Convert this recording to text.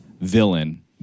villain